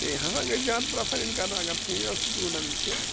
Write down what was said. بیٚیہِ ہسا گٔژھ زیادٕ پریٚفَر یِن کَرنہٕ اگر فیٖمیٚل سِٹوٗڈنٛٹ چھِ